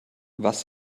was